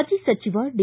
ಮಾಜಿ ಸಚಿವ ಡಿ